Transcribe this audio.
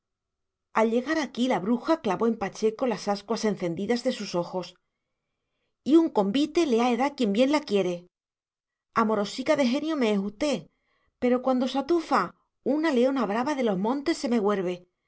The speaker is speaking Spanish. al llegar aquí la bruja clavó en pacheco las ascuas encendidas de sus ojos y un convite le ae dar quien bien la quiere amorosica de genio me es usté pero cuando se atufa una leona brava de los montes se me güerve